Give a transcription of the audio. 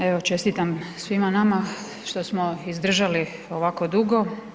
Evo čestitam svima nama što smo izdržali ovako dugo.